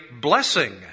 blessing